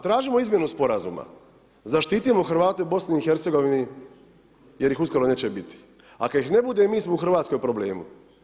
Tražimo izmjenu sporazuma, zaštitimo Hrvate u BiH-a jer ih uskoro neće biti a kada ih ne bude mi smo u Hrvatskoj u problemu.